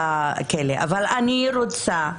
אבל אני רוצה,